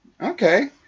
Okay